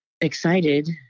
excited